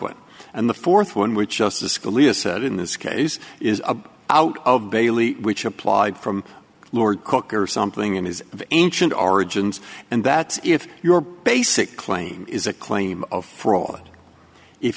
one and the th one which justice scalia said in this case is a out of bailey which applied from lord cook or something in his ancient origins and that if your basic claim is a claim of fraud if